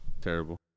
Terrible